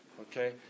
Okay